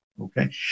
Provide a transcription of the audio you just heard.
okay